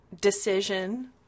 decision